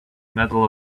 medal